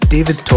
David